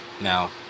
Now